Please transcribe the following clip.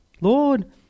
lord